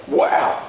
wow